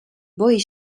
boi